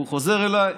הוא חוזר אליי.